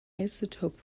isotope